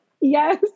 Yes